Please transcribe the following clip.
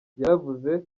yaravuze